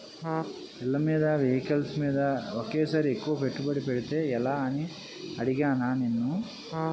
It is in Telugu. ఇళ్ళమీద, వెహికల్స్ మీద ఒకేసారి ఎక్కువ పెట్టుబడి పెడితే ఎలా అని అడిగానా నిన్ను